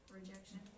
Rejection